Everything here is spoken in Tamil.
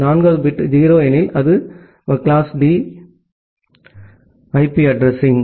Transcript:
நான்காவது பிட் 0 எனில் அது கிளாஸ் டி ஐபி அட்ரஸிங்